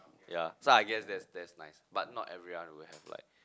ya so I guess that's that's nice but not everyone will have like